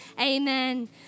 Amen